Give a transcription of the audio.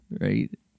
right